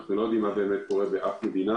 ואנחנו לא באמת יודעים מה קורה באף מדינה